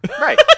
Right